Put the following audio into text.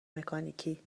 مکانیکی